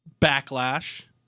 backlash